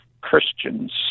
Christians